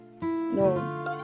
No